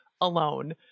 alone